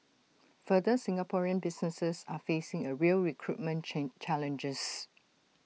further Singaporean businesses are facing A real recruitment chain challenges